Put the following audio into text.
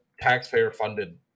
taxpayer-funded